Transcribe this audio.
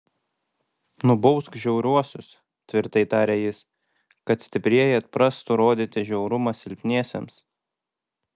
nubausk žiauriuosius tvirtai tarė jis kad stiprieji atprastų rodyti žiaurumą silpniesiems